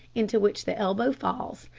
into which the elbow falls,